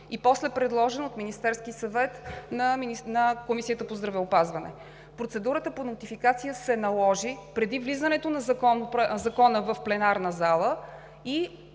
и после предложен от Министерския съвет на Комисията по здравеопазване. Процедурата по нотификация се наложи преди влизането на Закона в пленарна зала и